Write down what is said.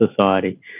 society